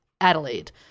Adelaide